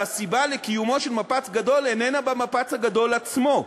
והסיבה לקיומו של מפץ גדול איננה במפץ הגדול עצמו.